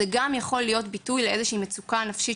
זה גם יכול להיות ביטוי לאיזו שהיא מצוקה נפשית